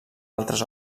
altres